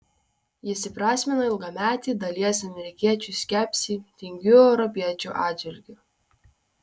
jis įprasmino ilgametį dalies amerikiečių skepsį tingių europiečių atžvilgiu